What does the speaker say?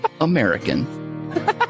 American